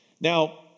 Now